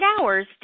hours